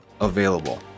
available